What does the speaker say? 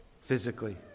physically